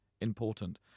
important